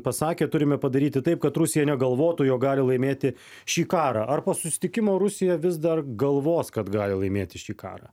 pasakė turime padaryti taip kad rusija negalvotų jog gali laimėti šį karą ar po susitikimo rusija vis dar galvos kad gali laimėti šį karą